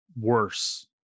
worse